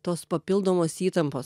tos papildomos įtampos